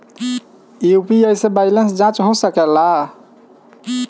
UPI से balance जाँच हो सके ला?